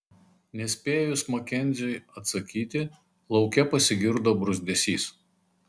nespėjus makenziui atsakyti lauke pasigirdo bruzdesys